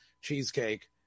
cheesecake